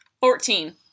Fourteen